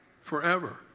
Forever